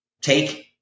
take –